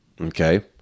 Okay